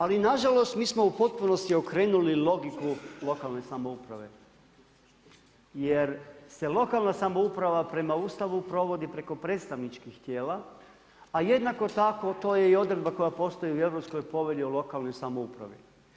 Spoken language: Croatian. Ali nažalost mi smo u potpunosti okrenuli logiku lokalne samouprave jer se lokalna samouprava prema Ustavu provodi preko predstavničkih tijela a jednako tako to je i odredba koja postoji u Europskoj povelji o lokalnoj samoupravi.